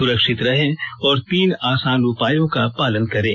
सुरक्षित रहें और तीन आसान उपायों का पालन करें